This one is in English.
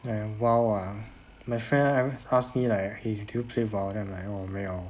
and WOW ah my friend ask me like eh do you play WOW and then I'm like oh 我没有